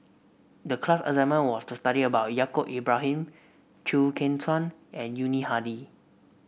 the class assignment was to study about Yaacob Ibrahim Chew Kheng Chuan and Yuni Hadi